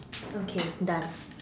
okay done